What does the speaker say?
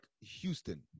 Houston